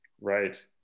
Right